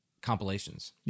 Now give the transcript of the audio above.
compilations